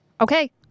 okay